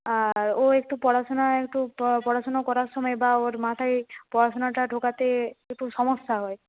আর ও একটু পড়াশোনায় একটু পড়াশোনা করার সময় বা ওর মাথায় পড়াশোনাটা ঢোকাতে একটু সমস্যা হয়